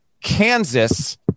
Kansas